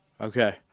Okay